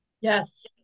Yes